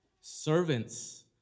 servants